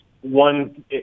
one